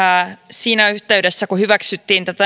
siinä yhteydessä kun hyväksyttiin tätä